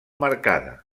marcada